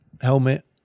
Helmet